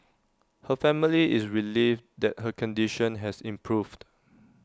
her family is relieved that her condition has improved